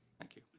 thank you.